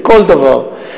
לכל דבר.